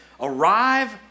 arrive